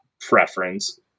preference